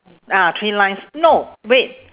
ah three lines no wait